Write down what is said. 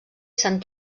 sant